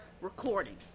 recording